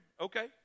Okay